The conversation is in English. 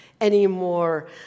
anymore